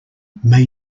may